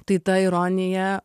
tai ta ironija